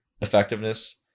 effectiveness